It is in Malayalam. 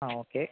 ആ ഓക്കെ